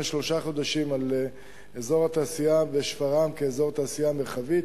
שלושה חודשים על אזור התעשייה בשפרעם כאזור תעשייה מרחבי,